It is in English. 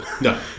No